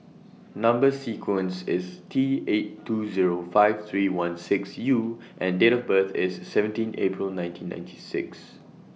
Number sequence IS T eight two Zero five three one six U and Date of birth IS seventeen April nineteen ninety six